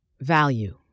Value